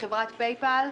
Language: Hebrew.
מחברת "פייפל",